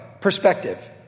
perspective